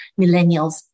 Millennials